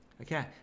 okay